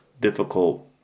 difficult